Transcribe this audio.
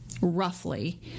roughly